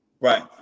Right